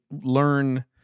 learn